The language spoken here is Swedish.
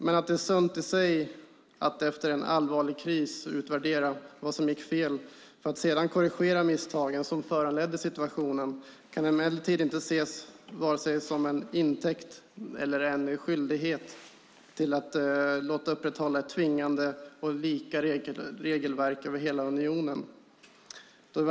Men att det är sunt i sig att efter en allvarlig kris utvärdera vad som gick fel för att sedan korrigera misstagen som föranledde situationen kan emellertid inte tas till intäkt för eller ses som en skyldighet till att låta upprätthålla tvingande och lika regelverk över hela unionen.